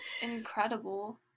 incredible